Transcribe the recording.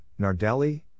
Nardelli